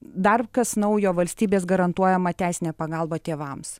dar kas naujo valstybės garantuojama teisinė pagalba tėvams